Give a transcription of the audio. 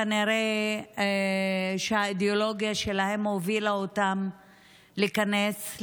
כנראה שהאידיאולוגיה שלהם הובילה אותם להיכנס,